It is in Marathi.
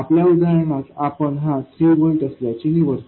आपल्या उदाहरणात आपण हा 3 व्होल्ट असल्याचे निवडतो